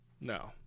No